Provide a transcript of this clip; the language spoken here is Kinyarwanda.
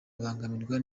babangamirwa